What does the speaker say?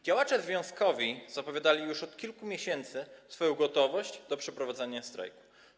Działacze związkowi zapowiadali już od kilku miesięcy swoją gotowość do przeprowadzenia strajku.